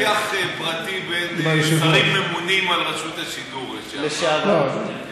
זה שיח פרטי בין שרים ממונים על רשות השידור לשעבר.